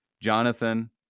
Jonathan